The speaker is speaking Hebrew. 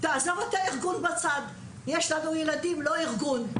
תעזוב את הארגון בצד, יש לנו ילדים, לא ארגון.